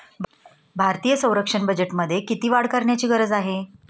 भारतीय संरक्षण बजेटमध्ये किती वाढ करण्याची गरज आहे?